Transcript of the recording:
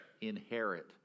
Inherit